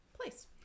place